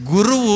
Guru